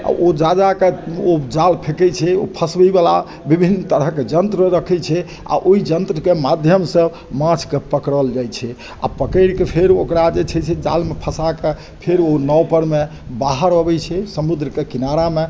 आओर ओ जा जाके ओ जाल फेकय छै ओओर फँसबयवला विभिन्न तरहके यन्त्र रखय छै आओर ओइ यन्त्रके माध्यमसँ माछके पकड़ल जाइ छै आओर पकड़िके फेर ओकरा जे छै से जालमे फँसाके फेर ओ नाव परमे बाहर अबय छै समुद्रके किनारामे